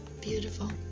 Beautiful